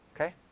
okay